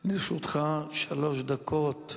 לרשותך שלוש דקות.